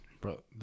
Bro